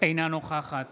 אינה נוכחת